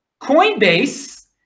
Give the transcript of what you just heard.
Coinbase